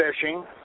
fishing